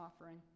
offering